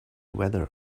weather